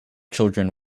children